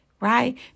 right